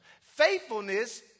Faithfulness